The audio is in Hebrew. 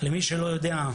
למי שלא יודע,